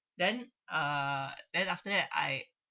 then uh then after that I